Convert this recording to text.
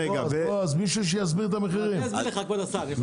שמישהו יסביר בבקשה את המחירים.